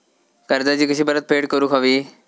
कर्जाची कशी परतफेड करूक हवी?